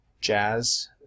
jazz